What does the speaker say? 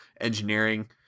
engineering